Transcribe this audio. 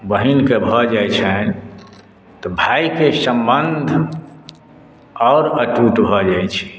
बहिनके भऽ जाइत छनि तऽ भायके सम्बन्ध आओर अटूट भऽ जाइत छै